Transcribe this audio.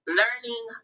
learning